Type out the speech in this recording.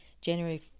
January